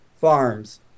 Farms